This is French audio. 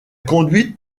conduite